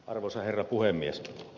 arvoisa herra puhemies